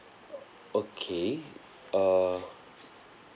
okay err